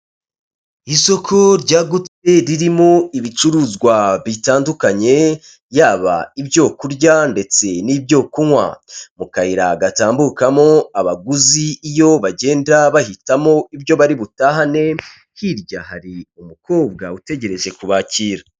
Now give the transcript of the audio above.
Isoko ryagutse ririmo ibicuruzwa bitandukanye, yaba ibyo kurya ndetse n'ibyo kunywa. Mu kayira gatambukamo abaguzi iyo bagenda bahitamo ibyo bari butahane, hirya hari umukobwa utegereje kubakira.